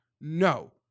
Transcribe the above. No